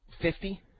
Fifty